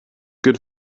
good